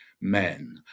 men